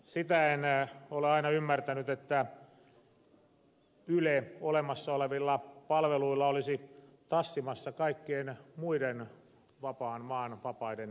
sitä en aina ole ymmärtänyt että yle olemassa olevilla palveluilla olisi tassimassa kaikkien muiden vapaan maan vapaiden medioiden yli